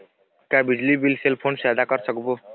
का बिजली bill cell phone से आदा कर सकबो?